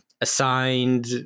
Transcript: assigned